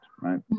right